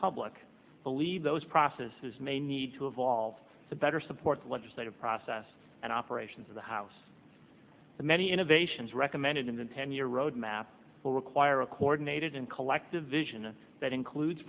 public believe those processes may need to evolve to better support the legislative process and operations of the house the many innovations recommended in the ten year roadmap will require a coordinated and collective vision and that includes